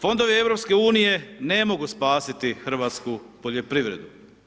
Fondovi EU-a ne mogu spasiti hrvatsku poljoprivredu.